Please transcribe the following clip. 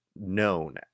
known